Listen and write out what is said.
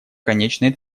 конечной